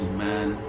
man